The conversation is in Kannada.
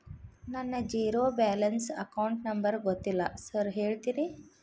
ನನ್ನ ಜೇರೋ ಬ್ಯಾಲೆನ್ಸ್ ಅಕೌಂಟ್ ನಂಬರ್ ಗೊತ್ತಿಲ್ಲ ಸಾರ್ ಹೇಳ್ತೇರಿ?